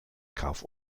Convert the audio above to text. kauf